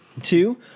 two